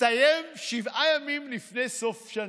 מסתיים שבעה ימים לפני סוף שנה.